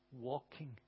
walking